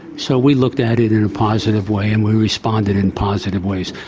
so we looked at it in a positive way and we responded in positive ways.